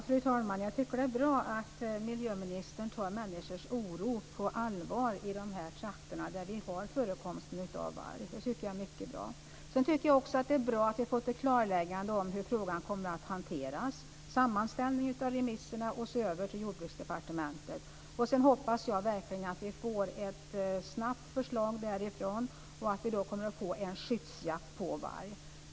Fru talman! Jag tycker att det är mycket bra att miljöministern tar människors oro på allvar i de trakter där vi har förekomst av varg. Jag tycker också att det är bra att vi har fått ett klarläggande om hur frågan kommer att hanteras, med sammanställning av remisserna och sedan behandling i departementet. Jag hoppas verkligen att vi får ett förslag därifrån snabbt och att vi då kommer att få skyddsjakt på varg.